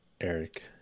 Eric